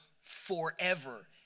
forever